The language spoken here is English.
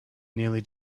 nearly